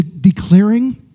declaring